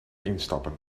instappen